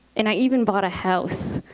and i even bought a house.